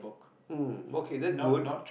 mm okay that's good